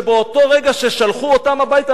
שבאותו רגע ששלחו אותם הביתה,